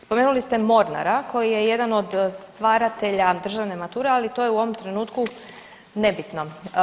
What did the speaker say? Spomenuli ste Mornara koji je jedan od stvaratelja državne mature ali to je u ovom trenutku nebitno.